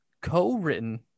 co-written